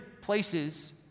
places